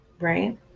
Right